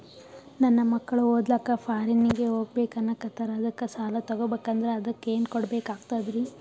ನನ್ನ ಮಕ್ಕಳು ಓದ್ಲಕ್ಕ ಫಾರಿನ್ನಿಗೆ ಹೋಗ್ಬಕ ಅನ್ನಕತ್ತರ, ಅದಕ್ಕ ಸಾಲ ತೊಗೊಬಕಂದ್ರ ಅದಕ್ಕ ಏನ್ ಕೊಡಬೇಕಾಗ್ತದ್ರಿ?